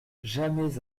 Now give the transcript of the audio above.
jamais